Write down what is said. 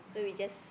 no